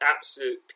absolute